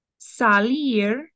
Salir